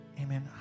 Amen